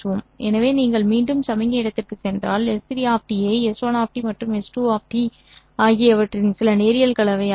எனவே நீங்கள் மீண்டும் சமிக்ஞை இடத்திற்குச் சென்றால் S3 ஐ S1 மற்றும் S2 ஆகியவற்றின் சில நேரியல் கலவையாக எழுதலாம்